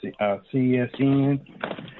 CSN